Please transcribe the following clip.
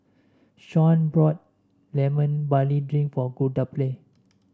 Sean bought Lemon Barley Drink for Guadalupe